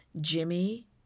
Jimmy